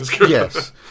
Yes